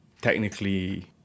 technically